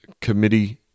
Committee